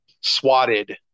swatted